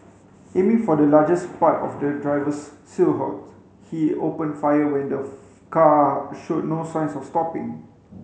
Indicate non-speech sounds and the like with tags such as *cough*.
aiming for the largest part of the driver's silhouette he opened fire when the *unintelligible* car showed no signs of stopping